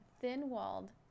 thin-walled